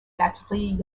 batteries